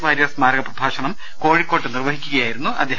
വാരിയർ സ്മാരക പ്രഭാഷണം കോഴിക്കോട് നിർവഹിക്കുകയായിരുന്നു അദ്ദേഹം